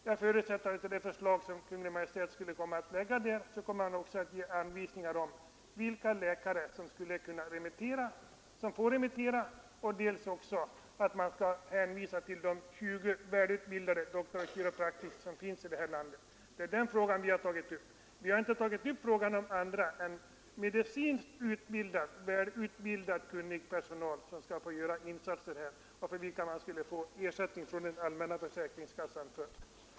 Jag förutsätter att Kungl. Maj:t i ett sådant förslag också kommer att ge anvisningar om vilka läkare som får remittera och att de därvid skall hänvisa till de tjugo väl utbildade Doctors of Chiropractic som för närvarande finns här i landet. Det har inte varit tal om att några andra än medicinskt välutbildade och kunniga personer skall få göra insatser av detta slag för vilka man skulle erhålla ersättning från den allmänna försäkringskassan.